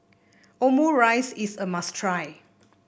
omurice is a must try